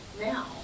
now